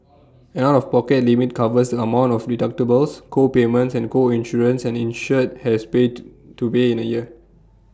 an out of pocket limit covers amount of deductibles co payments and co insurance an insured has prayed to pay in A year